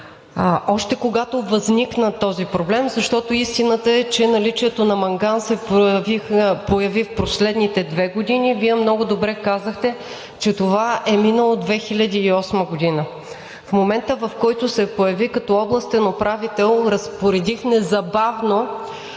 Още когато възникна този проблем, защото истината е, че наличието на манган се появи в последните две години, Вие много добре казахте, че това е минало 2008 г. В момента, в който се появих като областен управител, разпоредих незабавно